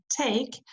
take